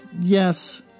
yes